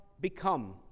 become